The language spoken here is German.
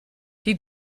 die